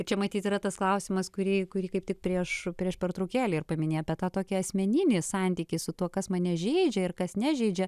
čia matyt yra tas klausimas kurį kurį kaip tik prieš prieš pertraukėlę ir paminėjai apie tą tokią asmeninį santykį su tuo kas mane žeidžia ir kas nežeidžia